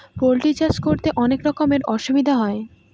poultry চাষ করতে অনেক রকমের অসুবিধা হয়